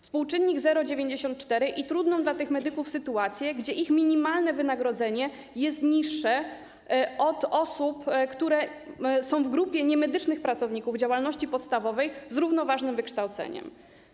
Współczynnik 0,94 i trudną dla tych medyków sytuację, gdzie ich minimalne wynagrodzenie jest niższe od wynagrodzenia osób, które są w grupie niemedycznych pracowników działalności podstawowej z równoważnym wykształceniem.